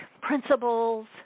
principles